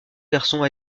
garçon